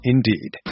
Indeed